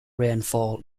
rainfall